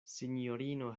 sinjorino